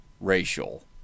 racial